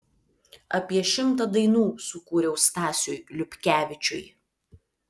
apie šimtą dainų sukūriau stasiui liupkevičiui